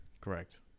Correct